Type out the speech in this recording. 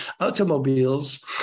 automobiles